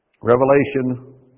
Revelation